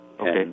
Okay